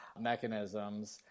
mechanisms